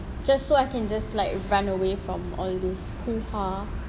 just so I can just like run away from all these hoo-ha